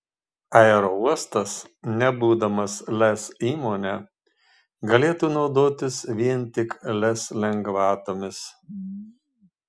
aerouostas nebūdamas lez įmone galėtų naudotis vien tik lez lengvatomis